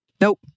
Nope